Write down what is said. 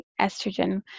estrogen